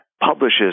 publishes